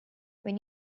when